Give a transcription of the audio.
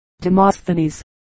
Demosthenes